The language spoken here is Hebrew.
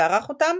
וערך אותם